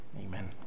amen